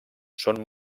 són